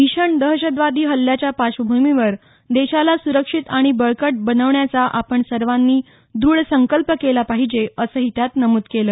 भीषण दहशतवादी हल्ल्याच्या पार्श्वभूमीवर देशाला सुरक्षित आणि बळकट बनवण्याचा आपण सर्वांनी द्रढ संकल्प केला पाहिजे असंही त्यांनी नमुद केलं